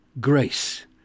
grace